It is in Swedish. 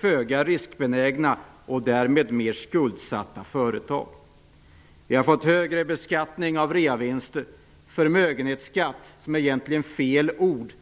föga riskbenägna, vilket ger mer skuldsatta företag. Vi har fått högre beskattning av reavinster, förmögenhetsskatt, som egentligen är fel ord.